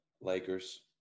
Lakers